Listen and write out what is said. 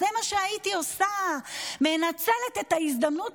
זה מה שהייתי עושה: מנצלת את ההזדמנות